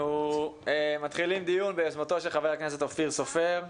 אנחנו מתחילים דיון ביוזמתו של ח"כ אופיר סופר,